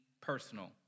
personal